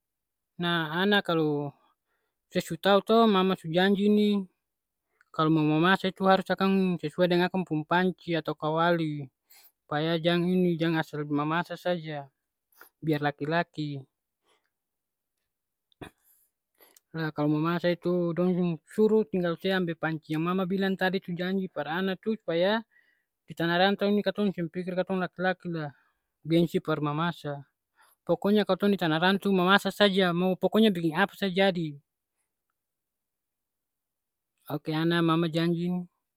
Nah, ana kalo se su tau to, mama su janji ni kalo mau mamasa itu harus akang sesuai deng akang pung panci atau kawali. Supaya jang ini, jang asal mamasa saja, biar laki-laki. La kalo mamasa itu dong suruh tinggal se ambe panci yang mama bilang tadi su janji par ana tu. Supaya di tanah rantau ni katong seng pikir katong laki-laki la gengsi par mamasa. Pokonya katong di tanah rantau mamasa saja, mau pokonya biking apa sa jadi. Oke ana, mama janji ni.